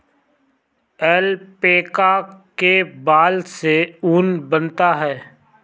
alpaca के बाल से ऊन बनता है